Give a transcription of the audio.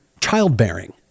childbearing